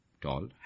tall